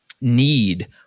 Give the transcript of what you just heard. need